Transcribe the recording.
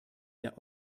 der